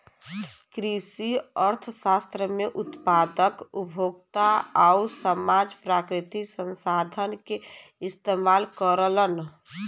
कृषि अर्थशास्त्र में उत्पादक, उपभोक्ता आउर समाज प्राकृतिक संसाधन क इस्तेमाल करलन